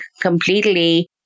completely